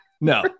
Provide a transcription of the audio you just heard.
no